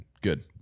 good